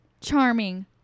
Charming